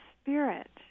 spirit